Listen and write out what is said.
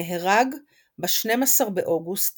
נהרג ב-12 באוגוסט